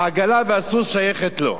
העגלה והסוס שייכים לו.